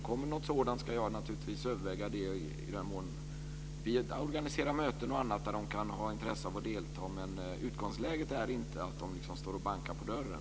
Kommer det något sådant ska jag naturligtvis överväga det i den mån vi organiserar möten och annat där de kan ha intresse av att delta, men utgångsläget är inte att de står och bankar på dörren.